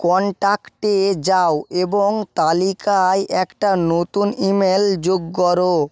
কন্ট্যাক্টে যাও এবং তালিকায় একটা নতুন ইমেল যোগ করো